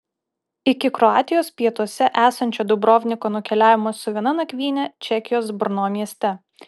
iki kroatijos pietuose esančio dubrovniko nukeliavome su viena nakvyne čekijos brno mieste